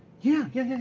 yeah, yeah,